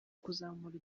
kuzamura